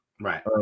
right